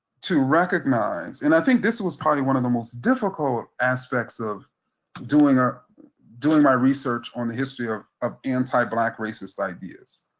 to recognize, and i think this was probably one of the most difficult aspects of doing ah doing my research on the history of of anti black racist ideas,